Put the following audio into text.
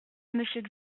monsieur